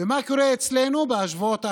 ומה קורה אצלנו בשבועות האחרונים,